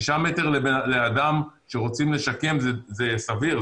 שישה מטר לאדם שרוצים לשקם זה סביר,